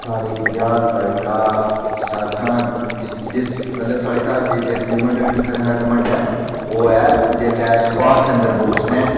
साढ़े इतिहास दा जेह्का सारे शा जिस मतलब साढ़े शा जिस मूवमेंट दा मिगी सारे शा घमंड ऐ ओह् जेल्लै सुभाश चंद्र बोस ने